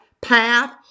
path